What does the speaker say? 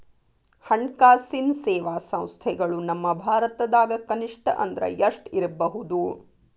ಹಣ್ಕಾಸಿನ್ ಸೇವಾ ಸಂಸ್ಥೆಗಳು ನಮ್ಮ ಭಾರತದಾಗ ಕನಿಷ್ಠ ಅಂದ್ರ ಎಷ್ಟ್ ಇರ್ಬಹುದು?